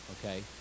okay